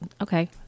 Okay